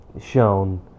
shown